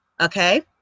okay